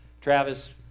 Travis